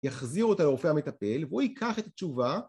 יחזיר אותה לרופא המטפל והוא ייקח את התשובה